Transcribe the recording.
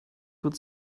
good